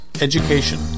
education